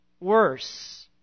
worse